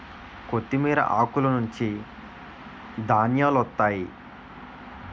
కొత్తిమీర ఆకులనుంచి ధనియాలొత్తాయి